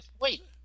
wait